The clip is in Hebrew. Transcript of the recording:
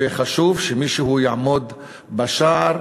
וחשוב שמישהו יעמוד בשער.